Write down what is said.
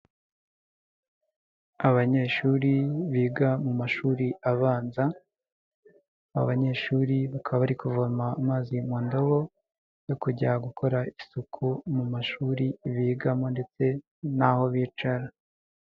Abanyeshuri biga mu mashuri abanza. Abanyeshuri bakaba bari kuvoma amazi mu ndobo yo kujya gukora isuku mu mashuri bigamo ndetse n'aho bicara.